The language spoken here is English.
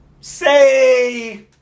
say